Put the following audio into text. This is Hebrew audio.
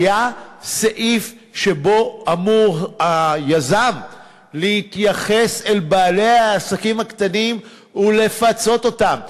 היה סעיף שבו אמור היזם להתייחס אל בעלי העסקים הקטנים ולפצות אותם.